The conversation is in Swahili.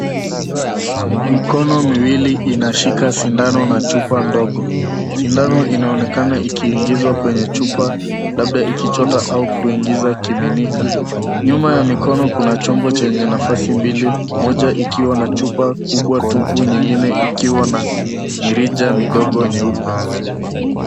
Mikono miwili inashika sindano na chupa ndogo, sindano inaonekana ikiingizwa kwenye chupa labda ikichota au kuingiza kimika. Nyuma ya mikono kuna chombo chenye nafasi mbili, moja ikiwa na chupa kubwa tupu nyingine ikiwa na mirija midogo nyeupe.